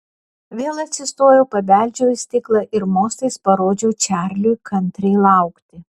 vėl atsistojau pabeldžiau į stiklą ir mostais parodžiau čarliui kantriai laukti